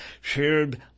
shared